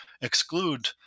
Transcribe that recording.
exclude